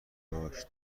داشت